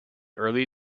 early